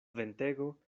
ventego